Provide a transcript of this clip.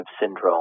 syndrome